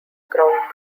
ground